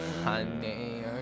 Honey